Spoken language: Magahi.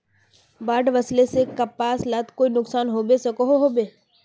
बाढ़ वस्ले से कपास लात कोई नुकसान होबे सकोहो होबे?